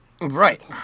Right